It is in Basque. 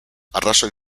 arrazoi